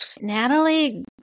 Natalie